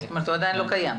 זאת אומרת הוא עדיין לא קיים.